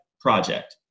project